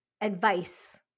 Advice